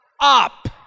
up